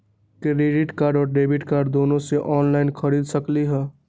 Credit card और debit card दोनों से ऑनलाइन खरीद सकली ह?